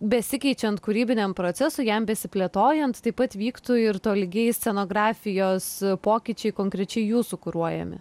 besikeičiant kūrybiniam procesui jam besiplėtojant taip pat vyktų ir tolygiai scenografijos pokyčiai konkrečiai jūsų kuruojami